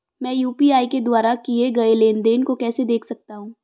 मैं यू.पी.आई के द्वारा किए गए लेनदेन को कैसे देख सकता हूं?